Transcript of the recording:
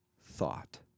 thought